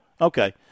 Okay